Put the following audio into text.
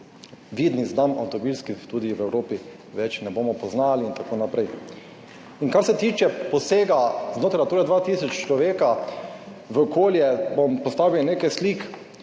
vidnih znamk, avtomobilskih, tudi v Evropi več ne bomo poznali in tako naprej. In kar se tiče posega znotraj Nature 2000, človeka v okolje, bom postavil nekaj slik,